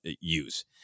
use